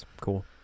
Cool